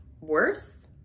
Worse